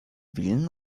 willen